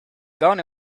gone